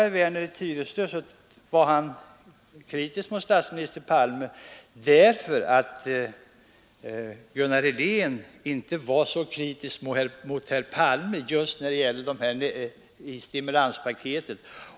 Herr Werner i Tyresö var kritisk mot Gunnar Helén för att han inte hade kritiserat herr Palme när det gällde stimulanspaketet.